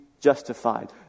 justified